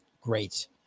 Great